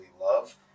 love